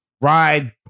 ride